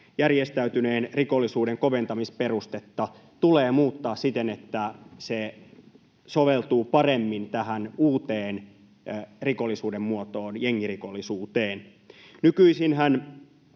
järjestäytyneen rikollisuuden koventamisperustetta tulee muuttaa siten, että se soveltuu paremmin tähän uuteen rikollisuuden muotoon, jengirikollisuuteen. Nykyisinhän